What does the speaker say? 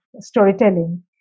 storytelling